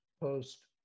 post